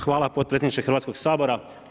Hvala potpredsjedniče Hrvatskog sabora.